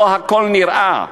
לא הכול נראה.